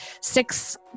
six